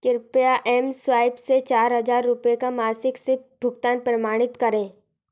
कृपया M swipe से चार हज़ार रुपये का मासिक सिप भुगतान प्रमाणित करें